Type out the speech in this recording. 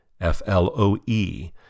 F-L-O-E